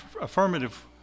affirmative